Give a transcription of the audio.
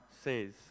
says